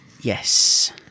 Yes